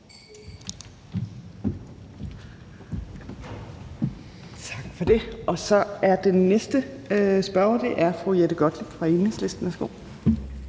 Tak for det. Den næste spørger er fru Jette Gottlieb fra Enhedslisten.